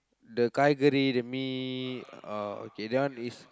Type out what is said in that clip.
the the mee oh okay that one is